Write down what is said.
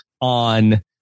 on